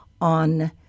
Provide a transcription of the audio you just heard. on